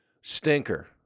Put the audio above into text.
stinker